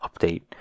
update